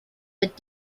with